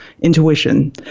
intuition